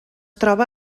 troba